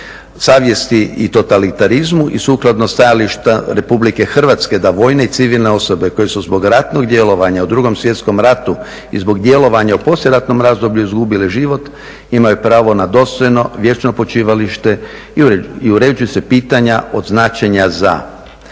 savjesti i totalitarizmu i sukladno stajališta Republike Hrvatske da vojne i civilne osobe koje su zbog ratnog djelovanja u 2.svjetskom ratu i zbog djelovanja u poslijeratnom razdoblju izgubile život imaju pravo na dostojno vječno počivalište. I uređuju se pitanja od značenja za